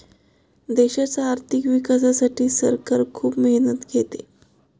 देशाच्या आर्थिक विकासासाठी सरकार खूप मेहनत घेते